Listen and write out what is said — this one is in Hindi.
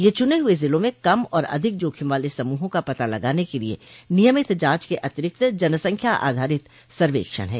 यह चुने हुए जिलों में कम और अधिक जोखिम वाले समूहों का पता लगाने के लिए नियमित जांच के अतिरिक्त जनसंख्या आधारित सर्वेक्षण है